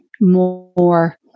more